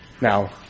Now